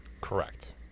Correct